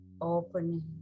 opening